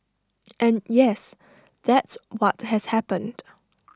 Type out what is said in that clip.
and yes that's what has happened